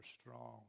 strong